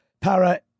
Para